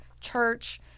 church